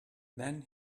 then